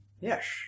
Yes